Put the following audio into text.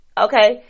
Okay